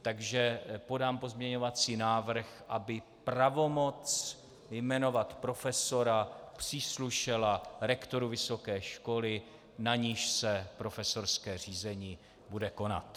Takže podám pozměňovací návrh, aby pravomoc jmenovat profesora příslušela rektoru vysoké školy, na níž se profesorské řízení bude konat.